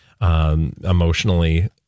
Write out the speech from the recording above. Emotionally